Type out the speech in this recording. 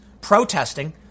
protesting